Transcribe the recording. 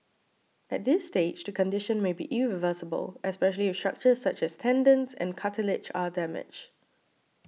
at this stage the condition may be irreversible especially if structures such as tendons and cartilage are damaged